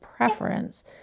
Preference